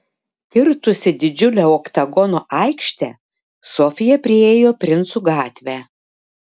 kirtusi didžiulę oktagono aikštę sofija priėjo princų gatvę